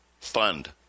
fund